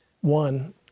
One